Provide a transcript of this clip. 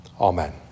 Amen